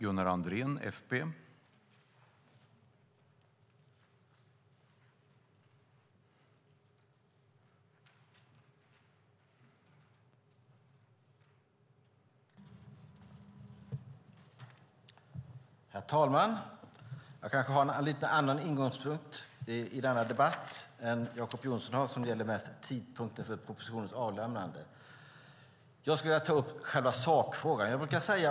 Herr talman! Jag kanske har en annan ingångspunkt i denna debatt än Jacob Johnson som mest talar om tidpunkten för propositionens avlämnande. Jag skulle vilja ta upp själva sakfrågan.